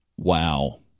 Wow